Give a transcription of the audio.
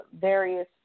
various